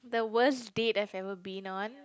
the worst date I've ever been on